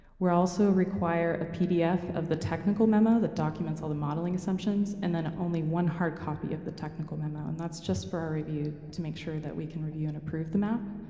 also require a pdf of the technical memo that documents all the modeling assumptions, and then only one hard copy of the technical memo. and that's just for our review to make sure that we can review and approve the map.